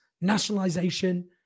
nationalization